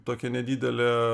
tokia nedidelė